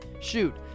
shoot